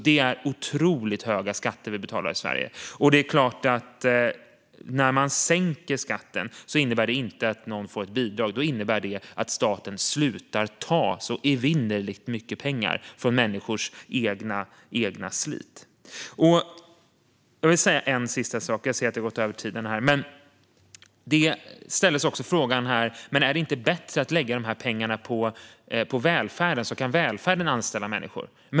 Det är otroligt höga skatter vi betalar i Sverige, och när man sänker skatten innebär det naturligtvis inte att någon får ett bidrag. Då innebär det att staten slutar ta så evinnerligt mycket pengar från människors eget slit. Jag vill säga en sista sak - jag ser att jag gått över talartiden. Frågan ställdes också om det inte vore bättre att lägga dessa pengar på välfärden så att välfärden kan anställa människor.